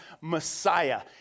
Messiah